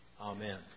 Amen